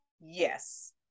Yes